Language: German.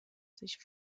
sich